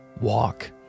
walk